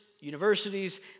universities